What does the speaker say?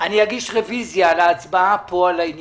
אני אגיש רוויזיה על ההצבעה כאן.